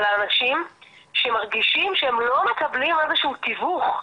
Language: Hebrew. כי זה נושא שהוא רחב,